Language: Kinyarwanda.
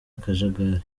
akajagari